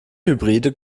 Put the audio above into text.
hybride